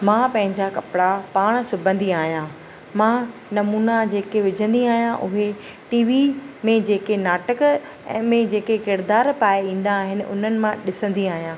मां पंहिंजा कपिड़ा पाण सिबंदी आहियां मां नमूना जेके विझंदी आहियां उहे टी वी में जेके नाटक में जेके किरदारु पाहे ईंदा आहिनि उन्हनि मां ॾिसंदी आहियां